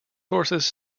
sources